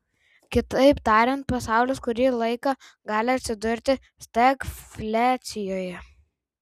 kitaip tariant pasaulis kurį laiką gali atsidurti stagfliacijoje